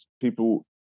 people